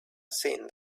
seen